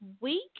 week